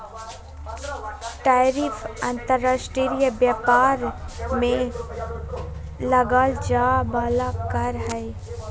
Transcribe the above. tariff अंतर्राष्ट्रीय व्यापार में लगाल जाय वला कर हइ